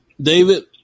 David